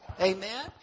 Amen